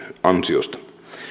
ansiosta